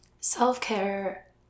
Self-care